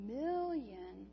million